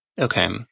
Okay